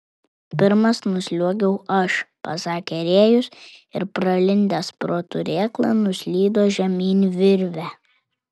pirmas nusliuogiu aš pasakė rėjus ir pralindęs pro turėklą nuslydo žemyn virve